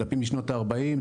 דפים משנות ה-40,